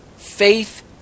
Faith